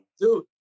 Dude